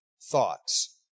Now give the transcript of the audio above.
thoughts